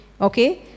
Okay